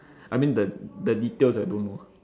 I mean the the details I don't know